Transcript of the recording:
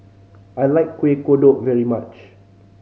I like Kuih Kodok very much